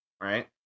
right